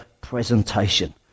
presentation